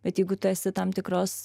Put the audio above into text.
bet jeigu tu esi tam tikros